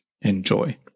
enjoy